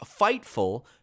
Fightful